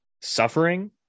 suffering